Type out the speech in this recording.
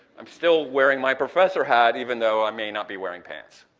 i'm still wearing my professor hat even though i may not be wearing pants.